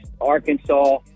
Arkansas